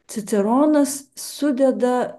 ciceronas sudeda